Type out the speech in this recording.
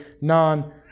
non